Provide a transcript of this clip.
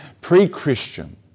pre-Christian